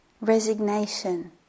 resignation